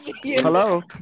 Hello